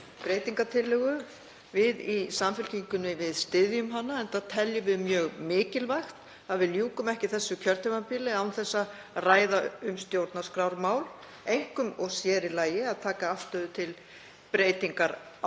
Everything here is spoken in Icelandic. breytingartillögu. Við í Samfylkingunni styðjum hana, enda teljum við mjög mikilvægt að við ljúkum ekki þessu kjörtímabili án þess að ræða um stjórnarskrármál, einkum og sér í lagi að taka afstöðu til breytingarákvæðis